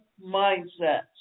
mindsets